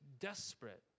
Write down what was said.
desperate